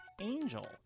Angel